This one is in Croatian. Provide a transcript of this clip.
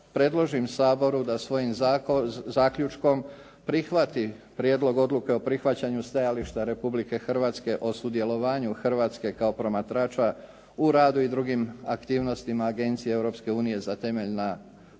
predložim Saboru da svojim zaključkom prihvati Prijedlog Odluke o prihvaćanju stajališta Republike Hrvatske o sudjelovanju Hrvatske kao promatrača u radu i drugim aktivnostima Agencije Europske unije za temeljna prava, te